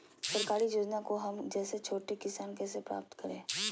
सरकारी योजना को हम जैसे छोटे किसान कैसे प्राप्त करें?